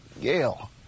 Gail